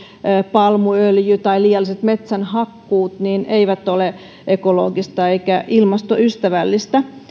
palmuöljy tai liialliset metsänhakkuut eivät ole ekologista eikä ilmastoystävällistä